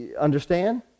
Understand